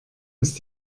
ist